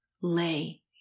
Lay